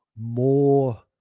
more